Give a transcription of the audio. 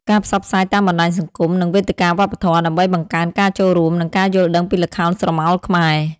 ការផ្សព្វផ្សាយតាមបណ្តាញសង្គម និងវេទិកាវប្បធម៌ ដើម្បីបង្កើនការចូលរួម និងការយល់ដឹងពីល្ខោនស្រមោលខ្មែរ។